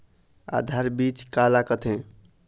आधार बीज का ला कथें?